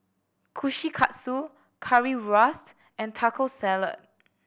Kushikatsu Currywurst and Taco Salad